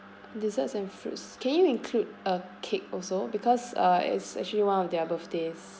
desserts and fruits can you include a cake also because uh it's actually one of their birthdays